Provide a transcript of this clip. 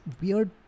weird